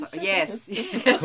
Yes